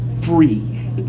Free